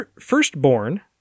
firstborn